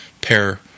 pair